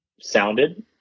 sounded